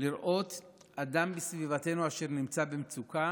לראות אדם בסביבתנו אשר נמצא במצוקה